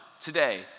today